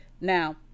Now